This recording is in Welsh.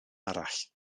arall